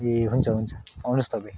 ए हुन्छ हुन्छ अउनुहोस् तपाईँ